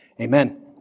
Amen